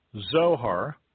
Zohar